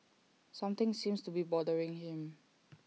something seems to be bothering him